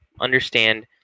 understand